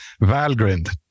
valgrind